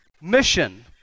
mission